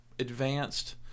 advanced